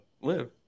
Live